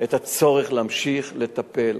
את הצורך להמשיך לטפל.